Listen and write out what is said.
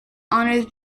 honors